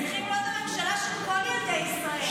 אתם צריכים להיות הממשלה של כל ילדי ישראל,